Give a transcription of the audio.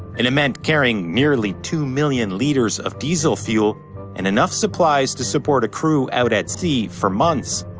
and it meant carrying nearly two million liters of diesel fuel and enough supplies to support a crew out at sea for months.